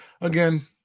Again